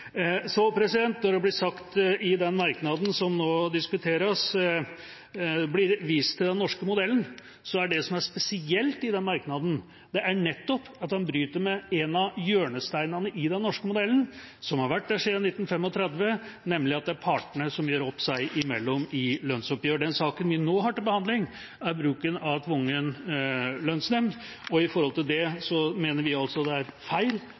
I den merknaden som nå diskuteres, blir det vist til den norske modellen, og det som er spesielt i den merknaden, er nettopp at den bryter med en av hjørnesteinene i den norske modellen som har vært der siden 1935, nemlig at det er partene som gjør opp seg imellom i lønnsoppgjør. Den saken vi nå har til behandling, er bruken av tvungen lønnsnemnd, og i forhold til det mener vi altså det er feil